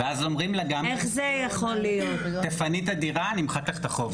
ואז אומרים לה גם, תפני את הדירה נמחק לך את החוב.